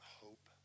hope